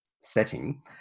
setting